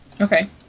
Okay